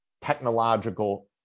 technological